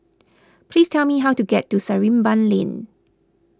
please tell me how to get to Sarimbun Lane